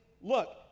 Look